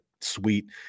sweet